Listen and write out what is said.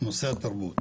נושא התרבות.